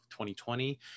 2020